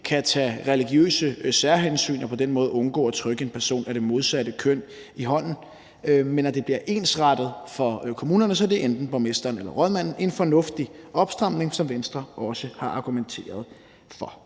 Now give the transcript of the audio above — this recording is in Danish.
kan tages religiøse særhensyn, og så ansøgeren på den måde ikke kan undgå at trykke en person af det modsatte køn i hånden. Det bliver ensrettet for kommunerne, så det enten er borgmesteren eller rådmanden. Det er en fornuftig opstramning, som Venstre også har argumenteret for.